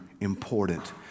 important